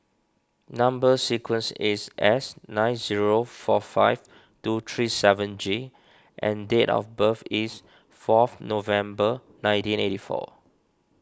Number Sequence is S nine zero four five two three seven G and date of birth is fourth November nineteen eighty four